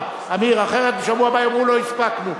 אחרת בשבוע הבא יאמרו: לא הספקנו.